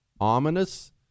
ominous